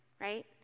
right